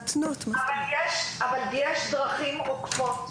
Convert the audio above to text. אבל יש דרכים עוקפות,